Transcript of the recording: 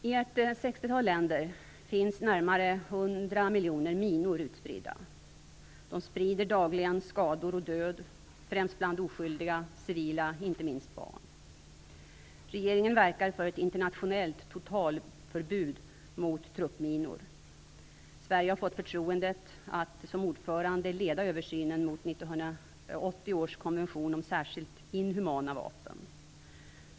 I ett sextiotal länder finns närmare 100 miljoner minor utspridda. De sprider dagligen skador och död, främst bland oskyldiga civila, inte minst barn. Regeringen verkar för ett internationellt totalförbud mot truppminor. Sverige har fått förtroendet att som ordförande leda översynen av 1980 års konvention om särskilt inhumana vapen.